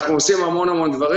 אנחנו עושים המון המון דברים.